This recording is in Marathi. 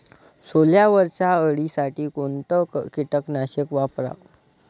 सोल्यावरच्या अळीसाठी कोनतं कीटकनाशक वापराव?